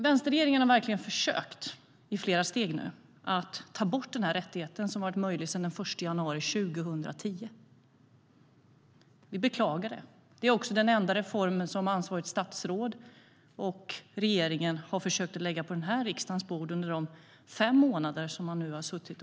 Vänsterregeringen har nu verkligen försökt i flera steg att ta bort den rättighet som har varit en möjlighet sedan den 1 januari 2010. Vi beklagar det. Det är också den enda reformen som ansvarigt statsråd och regeringen har försökt att lägga på riksdagens bord under de fem månader som de nu regerat.